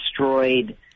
destroyed